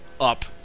up